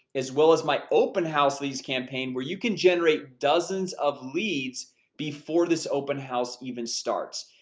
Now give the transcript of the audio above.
as well as my open house leads campaign, where you can generate dozens of leads before this open house even starts.